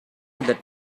that